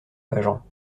pageant